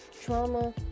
Trauma